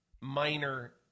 minor